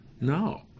No